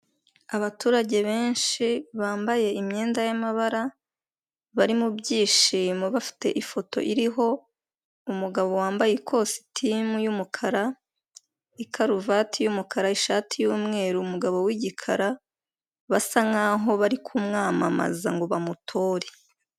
Abaturage benshi bambaye imyenda y'amabara, bari mu byishimo, bafite ifoto iriho umugabo wambaye ikositimu y'umukara, karuvati y'umukara, ishati y'umweru, umugabo w'igikara, basa nkaho bari kumwamamaza ngo bamutorere.